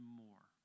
more